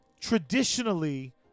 traditionally